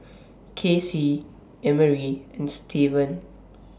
Kasie Emery and Stevan